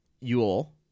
Yule